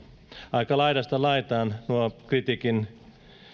aika laidasta laitaan nuo kritiikin